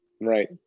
Right